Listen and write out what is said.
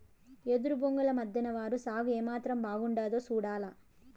ఎదురు బొంగుల మద్దెన నారు సాగు ఏమాత్రం బాగుండాదో సూడాల